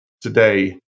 today